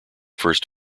first